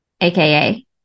AKA